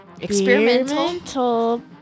Experimental